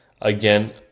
Again